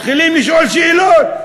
מתחילים לשאול שאלות.